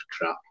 crap